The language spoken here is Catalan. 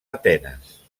atenes